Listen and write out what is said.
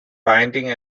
binding